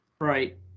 Right